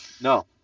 No